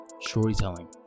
storytelling